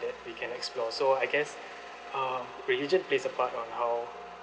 that we can explore so I guess um religion plays a part on how